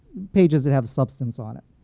pages that have substance on it.